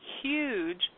huge